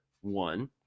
one